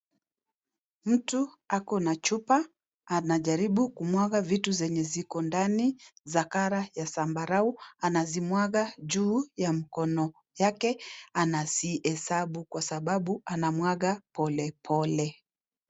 Mtu ako na chupa, anajaribu kumwaga vitu zenye ziko ndani, za (CS)colour(CS) ya zambarau, anazimwaga juu ya mkono yake, anazihesabu kwa sababu anamwaga pole pole.